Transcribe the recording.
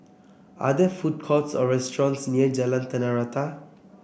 are there food courts or restaurants near Jalan Tanah Rata